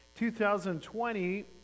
2020